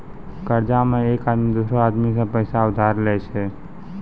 कर्जा मे एक आदमी दोसरो आदमी सं पैसा उधार लेय छै